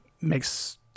makes